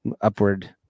upward